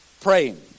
praying